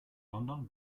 london